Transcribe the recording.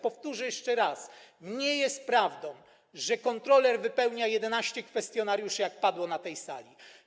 Powtórzę jeszcze raz: nie jest prawdą, że kontroler wypełnia 11 kwestionariuszy, jak padło na tej sali.